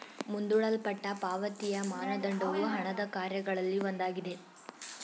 ಮುಂದೂಡಲ್ಪಟ್ಟ ಪಾವತಿಯ ಮಾನದಂಡವು ಹಣದ ಕಾರ್ಯಗಳಲ್ಲಿ ಒಂದಾಗಿದೆ